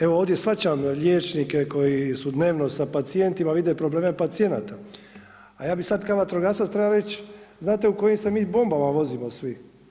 Evo ovdje shvaćam liječnike koji su dnevno sa pacijentima, vide probleme pacijenata, a ja bih sad kao vatrogasac trebao reći znate u kojim se mi bombama vozimo svi.